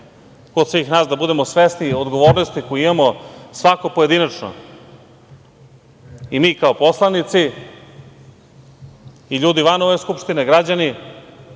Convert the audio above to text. kod svih nas, da budemo svesni odgovornosti koju imamo, svako pojedinačno, i mi kao poslanici i ljudi van ove Skupštine, građani,